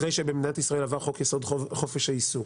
אחרי שבמדינת ישראל עבר חוק יסוד: חופש העיסוק,